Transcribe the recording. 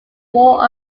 more